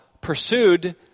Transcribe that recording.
pursued